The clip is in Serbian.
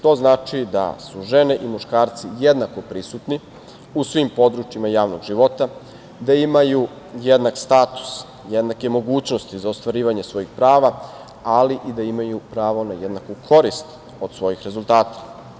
To znači da su žene i muškarci jednako prisutni u svim područjima javnog života, da imaju jednak status, jednake mogućnosti za ostvarivanje svojih prava, ali i da imaju pravo na jednaku korist od svojih rezultata.